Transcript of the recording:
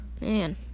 man